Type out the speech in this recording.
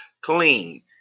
clean